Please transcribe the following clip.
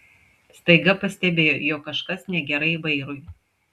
staiga pastebėjo jog kažkas negerai vairui